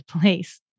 place